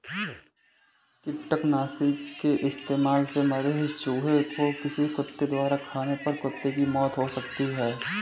कृतंकनाशी के इस्तेमाल से मरे चूहें को किसी कुत्ते द्वारा खाने पर कुत्ते की मौत हो सकती है